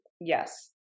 Yes